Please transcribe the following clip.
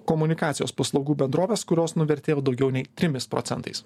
komunikacijos paslaugų bendrovės kurios nuvertėjo daugiau nei trimis procentais